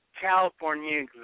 California